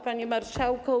Panie Marszałku!